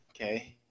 okay